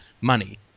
money